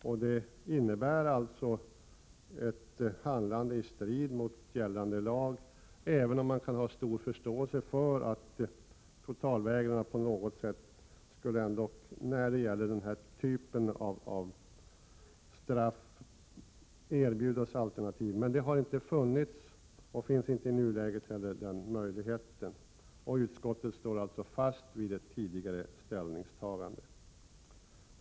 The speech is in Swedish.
Totalvägran innebär alltså ett handlande i strid mot gällande lag, även om man kan ha stor förståelse för att totalvägrarna ändock på något sätt kunde erbjudas alternativ till den här typen av straff. Den möjligheten har emellertid inte funnits, och den finns inte heller i nuläget. Utskottet står således fast vid tidigare ställningstagande.